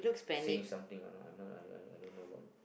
saying something or not I am not I I I don't know about it